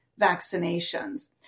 vaccinations